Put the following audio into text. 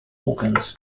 organs